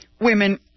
Women